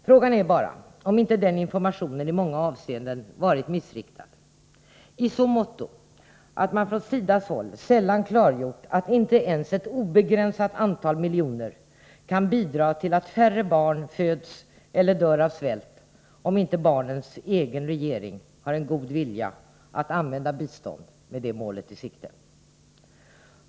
Frågan är bara om inte den informationen i många avseenden varit missriktad i så måtto att man från SIDA:s håll sällan klargjort att inte ens ett obegränsat antal miljoner kan bidra till att färre barn föds eller dör äv svält om inte barnens egen regering har en god vilja att använda bistånd med det målet i sikte.